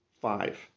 Five